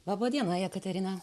laba diena jekaterina